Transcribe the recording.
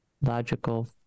logical